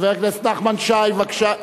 חבר הכנסת נחמן שי, בבקשה.